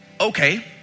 Okay